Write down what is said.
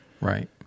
Right